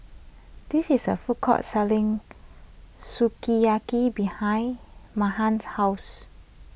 there is a food court selling Sukiyaki behind Meghann's house